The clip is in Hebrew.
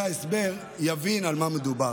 יבין על מה מדובר.